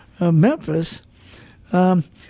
Memphis